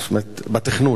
זאת אומרת בתכנון,